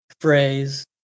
phrase